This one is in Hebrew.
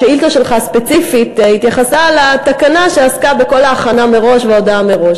השאילתה הספציפית שלך התייחסה לתקנה שעסקה בכל ההכנה מראש ובהודעה מראש.